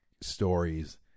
stories